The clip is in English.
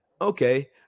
okay